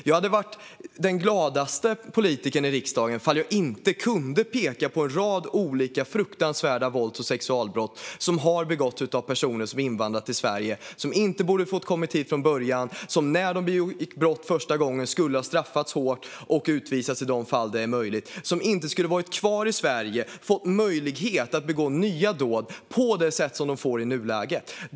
Jag hade varit den gladaste politikern i riksdagen om jag inte kunde peka på en rad olika fruktansvärda vålds och sexualbrott som har begåtts av personer som invandrat till Sverige, som inte borde ha fått komma hit från början, som när de begick brott första gången skulle ha straffats hårt och utvisats i de fall det varit möjligt och som inte skulle ha varit kvar i Sverige och fått möjlighet att begå nya dåd på det sätt som de får i nuläget.